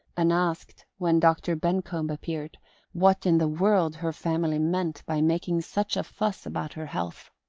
and asked when dr. bencomb appeared what in the world her family meant by making such a fuss about her health.